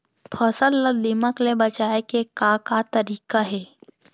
फसल ला दीमक ले बचाये के का का तरीका हे?